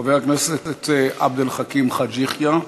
חבר הכנסת עבד אל חכים חאג' יחיא.